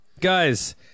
Guys